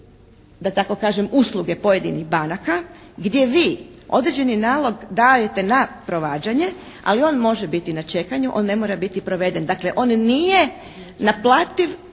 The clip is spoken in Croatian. da tako kažem usluge pojedinih banaka gdje vi određeni nalog dajete na provađanje, ali on može biti na čekanju, on ne mora biti proveden. Dakle on nije naplativ